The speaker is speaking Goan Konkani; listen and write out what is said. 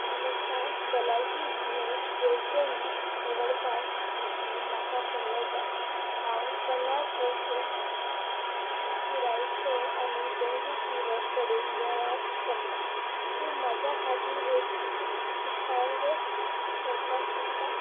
नमस्कार भलायकी विमो येवजण निवडपाक विशीं म्हाका सल्लो जाय हांव पन्नास वर्श पिरायेचो आनी डेंगू फिवर कडेन वेव्हार करतां तूं म्हज्या खातीर एक शिफारस करपाक शकता